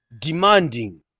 demanding